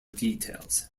details